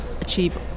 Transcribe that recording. achieve